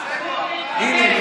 הינה.